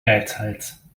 geizhals